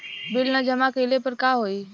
Bill न जमा कइले पर का होई?